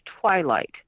Twilight